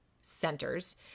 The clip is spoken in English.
centers